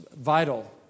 vital